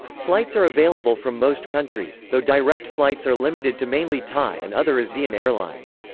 flights are available from most countries, though direct flights are limited to mainly thai and other asean airlines.